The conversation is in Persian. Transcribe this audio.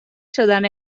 شدن